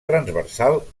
transversal